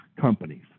companies